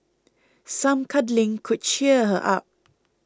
some cuddling could cheer her up